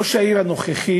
ראש העיר הנוכחי,